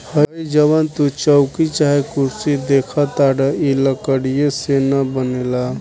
हइ जवन तू चउकी चाहे कुर्सी देखताड़ऽ इ लकड़ीये से न बनेला